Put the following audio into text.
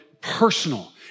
personal